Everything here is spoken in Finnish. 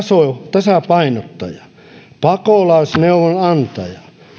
tasapainottaja pakolaisneuvonantaja